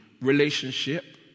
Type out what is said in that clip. relationship